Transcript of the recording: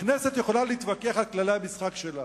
הכנסת יכולה להתווכח על כללי המשחק שלה,